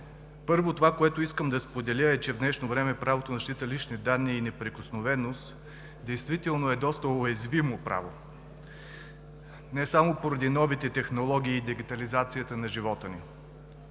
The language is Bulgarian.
Първо, това, което искам да споделя, е, че в днешно време правото на защита на личните данни и неприкосновеност действително е доста уязвимо право, не само поради новите технологии и дигитализацията на живота ни.